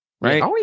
right